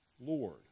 Lord